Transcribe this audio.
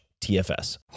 TFS